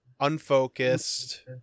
unfocused